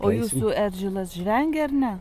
o jūsų eržilas žvengia ar ne